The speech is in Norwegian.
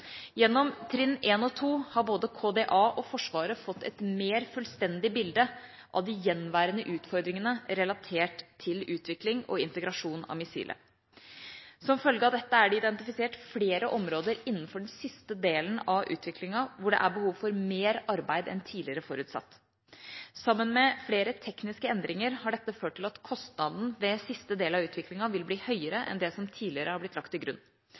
Gjennom trinn 1 og 2 har både KDA og Forsvaret fått et mer fullstendig bilde av de gjenværende utfordringene relatert til utvikling og integrasjon av missilet. Som følge av dette er det identifisert flere områder innenfor den siste delen av utviklinga hvor det er behov for mer arbeid enn tidligere forutsatt. Sammen med flere tekniske endringer har dette ført til at kostnaden ved siste del av utviklinga vil bli høyere enn det som tidligere har blitt lagt til grunn.